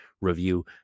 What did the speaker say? review